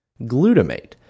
Glutamate